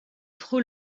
trop